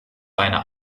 einer